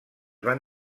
van